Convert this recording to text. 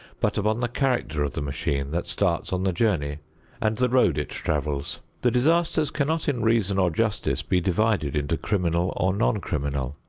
but upon the character of the machine that starts on the journey and the road it travels. the disasters cannot in reason or justice be divided into criminal or non-criminal.